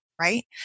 right